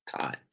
time